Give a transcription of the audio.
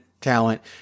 talent